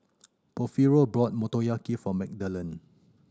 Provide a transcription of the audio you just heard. Porfirio bought Motoyaki for Magdalen